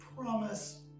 promise